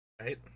Right